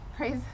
Praise